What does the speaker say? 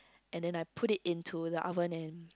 and then I put it into the oven and